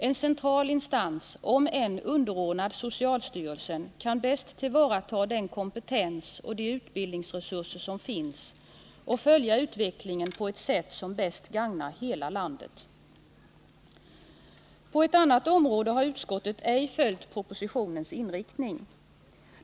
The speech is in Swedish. En central instans — om än underordnad socialstyrelsen — kan bäst tillvarata den kompetens och de utbildningsresurser som finns samt följa utvecklingen på ett sätt som bäst gagnar hela landet. På ett annat område har utskottet ej följt propositionens inriktning.